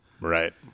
Right